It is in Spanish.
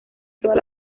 todas